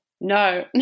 no